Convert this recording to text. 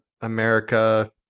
America